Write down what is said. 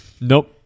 Nope